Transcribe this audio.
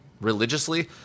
religiously